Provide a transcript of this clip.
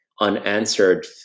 unanswered